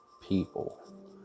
people